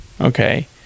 okay